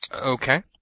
Okay